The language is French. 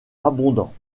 abondant